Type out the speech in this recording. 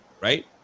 right